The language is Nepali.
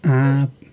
आँप